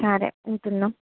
సరే ఉంటున్నాము